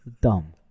Dumb